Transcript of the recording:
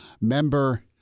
member